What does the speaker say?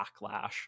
backlash